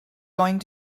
going